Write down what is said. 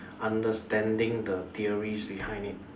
understanding the theories behind it